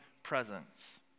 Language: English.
presence